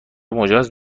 مجاز